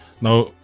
Now